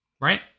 Right